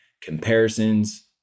comparisons